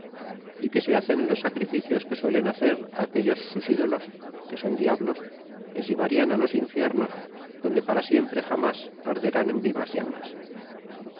y que si hacen los sacrificios que suelen hacer aquellos sus ídolos que son diablos les ilevarian á los infiernos donde para siempre jamas arderán en vivas llamas